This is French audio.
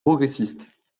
progressistes